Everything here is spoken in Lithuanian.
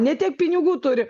ne tiek pinigų turi